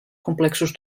complexos